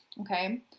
Okay